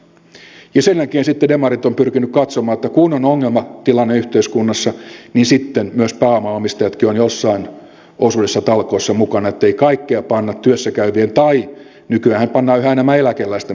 sen jälkeen sitten demarit ovat pyrkineet katsomaan että kun on ongelmatilanne yhteiskunnassa niin sitten myös pääoman omistajatkin ovat jossain osuudessa talkoissa mukana ettei kaikkea panna työssä käyvien maksettavaksi tai nykyäänhän pannaan yhä enemmän eläkeläisten maksettavaksi myös